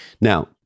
Now